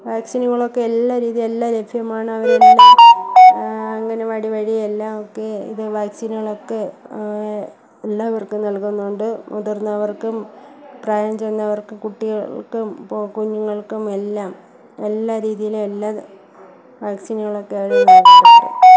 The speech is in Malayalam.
വാക്സിനുകളൊക്കെ എല്ലാ രീതിയിലും എല്ലാം ലഭ്യമാണ് അവർ അംഗനവാടി വഴി എല്ലാം ഒക്കെ ഇത് വാക്സിനുകളൊക്കെ എല്ലാവർക്കും നൽകുന്നുണ്ട് മുതിർന്നവർക്കും പ്രായം ചെന്നവർക്ക് കുട്ടികൾക്കും ഇപ്പോൾ കുഞ്ഞുങ്ങൾക്കും എല്ലാം എല്ലാ രീതിയിൽ എല്ലാ വാക്സിനുകളൊക്കെ അവർ നൽകാറുണ്ട്